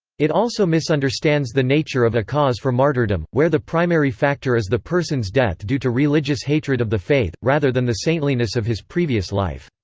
it also misunderstands the nature of a cause for martyrdom, where the primary factor is the person's death due to religious hatred of the faith, rather than the saintliness of his previous life.